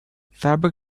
fabric